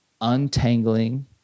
untangling